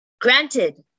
Granted